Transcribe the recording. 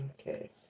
Okay